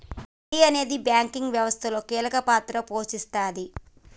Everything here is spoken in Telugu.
వడ్డీ అనేది బ్యాంకింగ్ వ్యవస్థలో కీలక పాత్ర పోషిస్తాది